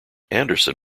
anderson